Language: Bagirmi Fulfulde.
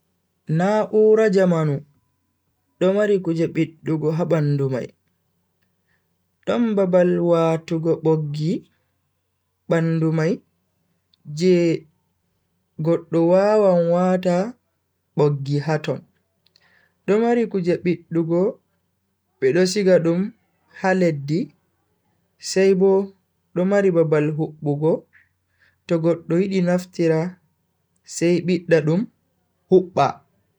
Na'ura jamanu do mari kuje biddugo ha bandu mai, don babal watugo boggi bandu mai je goddo wawan wata boggi haton, do mari kuje biddugo bedo siga dum ha leddi sai Bo do mari babal hubbugo to goddo yidi naftira sai bidda dum hubba.